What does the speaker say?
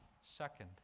second